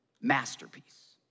masterpiece